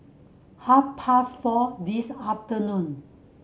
half past four this afternoon